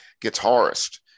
guitarist